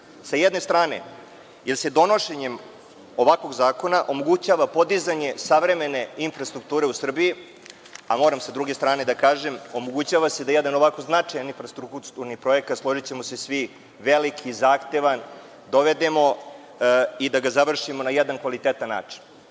sa jedne strane, jer se donošenjem ovakvog zakona omogućava podizanje savremene infrastrukture u Srbiji, a moram sa druge strane da kažem omogućava se da jedan ovako značajan infrastrukturni projekat, složićemo se svi, veliki, zahtevan, dovedemo i da ga završimo na jedna kvalitetan način. Na